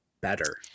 better